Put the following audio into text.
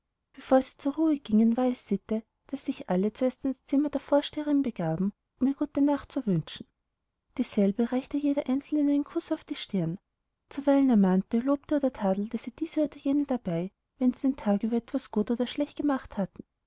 bevor sie zur ruhe gingen war es sitte daß sich alle erst in das zimmer der vorsteherin begaben um ihr gute nacht zu wünschen dieselbe reichte jeder einzelnen einen kuß auf die stirn zuweilen ermahnte lobte oder tadelte sie diese oder jene dabei wenn sie den tag über etwas gut oder schlecht gemacht hatten